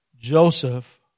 Joseph